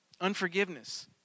unforgiveness